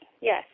Yes